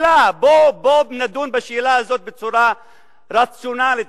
בואו נדון בשאלה הזאת בצורה רציונלית,